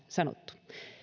sanottu